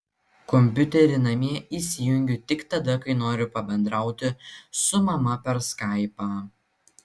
kompiuterį namie įsijungiu tik tada kai noriu pabendrauti su mama per skaipą